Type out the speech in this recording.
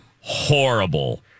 horrible